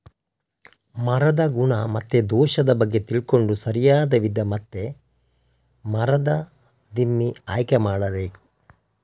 ಮರದ ಗುಣ ಮತ್ತೆ ದೋಷದ ಬಗ್ಗೆ ತಿಳ್ಕೊಂಡು ಸರಿಯಾದ ವಿಧ ಮತ್ತೆ ಮರದ ದಿಮ್ಮಿ ಆಯ್ಕೆ ಮಾಡಬೇಕು